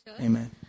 amen